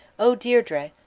o deirdre,